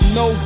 no